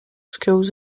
schools